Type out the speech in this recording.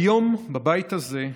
היום, בבית הזה,